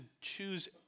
choose